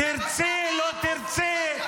תרצי או לא תרצי,